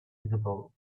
visible